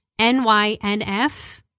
NYNF